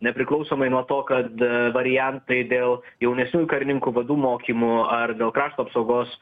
nepriklausomai nuo to kad variantai dėl jaunesniųjų karininkų vadų mokymų ar dėl krašto apsaugos